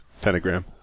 pentagram